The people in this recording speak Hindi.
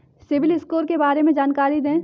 सिबिल स्कोर के बारे में जानकारी दें?